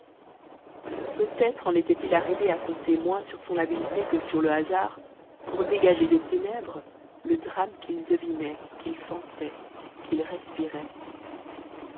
peut-être en était-il arrivé à compter moins sur son habileté que sur le hasard pour dégager des ténèbres le drame qu'il devinait qu'il sentait qu'il respirait